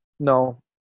No